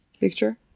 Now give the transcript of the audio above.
picture